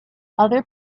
other